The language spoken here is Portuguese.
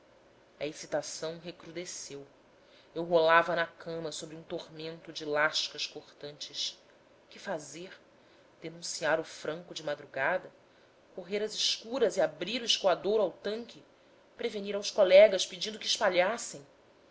a excitação recrudesceu eu rolava na cama sobre um tormento de lascas cortantes que fazer denunciar o franco de madrugada correr às escuras e abrir o escoadouro ao tanque prevenir aos colegas pedindo que espalhassem